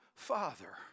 Father